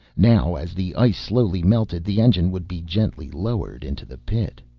now as the ice slowly melted the engine would be gently lowered into the pit.